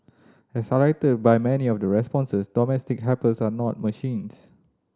as highlighted by many of the responses domestic helpers are not machines